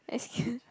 excuse